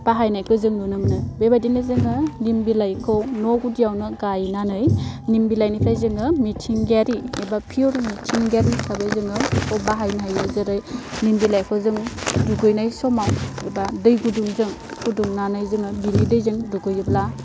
बाहायनायखौ जों नुनो मोनो बेबादिनो जोङो निम बिलाइखौ न' गुदियावनो गायनानै निम बिलाइनिफ्राय जोङो मिथिंगायारि एबा पियर मिथिंगायारि हिसाबै जोङो अब बाहायनो हायो जेरै निम बिलाइखौ जों दुगैनाय समाव एबा दै गुदुंजों फुदुंनानै जोङो बिनि दैजों दुगैयोब्ला